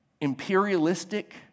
imperialistic